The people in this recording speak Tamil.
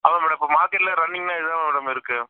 ஆமாம் மேடம் இப்போது மார்க்கெட்ல ரன்னிங்ல இதுதான் மேடம் இருக்குது